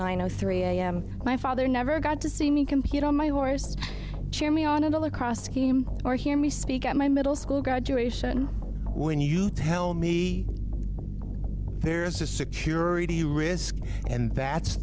nine o three am my father never got to see me compete on my horse to cheer me on and all across scheme or hear me speak at my middle school graduation when you tell me there's a security risk and that's